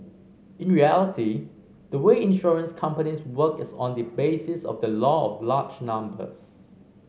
in reality the way insurance companies work is on the basis of the law of large numbers